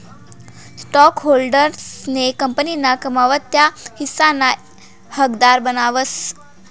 स्टॉकहोल्डर्सले कंपनीना कमाई ना त्या हिस्साना हकदार बनावतस